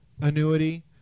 annuity